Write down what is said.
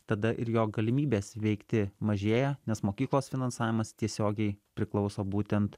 tada ir jo galimybės veikti mažėja nes mokyklos finansavimas tiesiogiai priklauso būtent